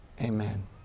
amen